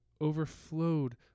overflowed